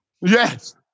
Yes